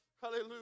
Hallelujah